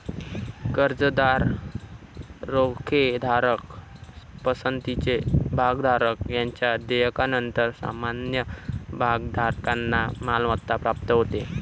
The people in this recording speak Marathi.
कर्जदार, रोखेधारक, पसंतीचे भागधारक यांच्या देयकानंतर सामान्य भागधारकांना मालमत्ता प्राप्त होते